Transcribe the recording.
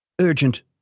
urgent